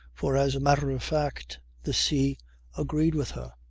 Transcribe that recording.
for as a matter of fact the sea agreed with her.